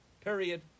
Period